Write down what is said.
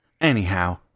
Anyhow